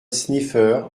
sniffer